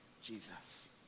Jesus